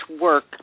work